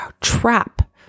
trap